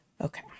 Okay